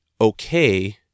okay